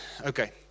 Okay